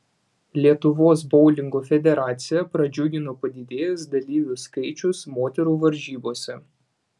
lietuvos boulingo federaciją pradžiugino padidėjęs dalyvių skaičius moterų varžybose